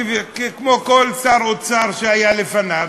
כמו כל שר אוצר שהיה לפניו,